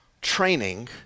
training